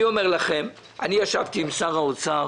אני אומר לכם, אני ישבתי עם שר האוצר,